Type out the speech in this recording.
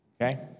okay